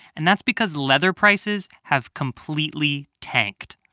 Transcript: and that's because leather prices have completely tanked.